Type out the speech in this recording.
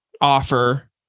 offer